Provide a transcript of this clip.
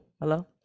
Hello